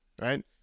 Right